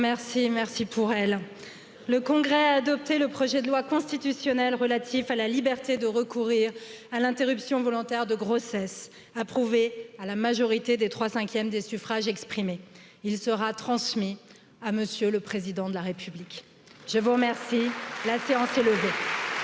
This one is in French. douze merci pour elle le congrès a adopté le projet de loi constitutionnel relatif à la liberté de recourir à l'interruption volontaire de grossesse approuvée à la majorité des trois cinquièmes des suffrages exprimés sera transmis à m le président de la république je vous remercie la séance est levée